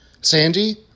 Sandy